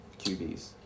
QBs